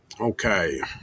Okay